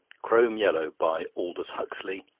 crome yellow by aldous huxley